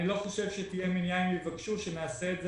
אני לא חושב שתהיה מניעה אם יבקשו שנעשה את זה